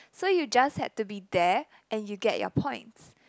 so you just had to be there and you get your points